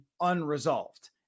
unresolved